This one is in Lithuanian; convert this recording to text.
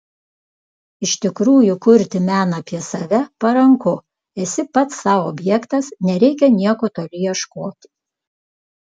iš tikrųjų kurti meną apie save paranku esi pats sau objektas nereikia nieko toli ieškoti